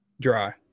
Dry